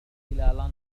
إلى